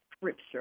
scripture